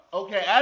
okay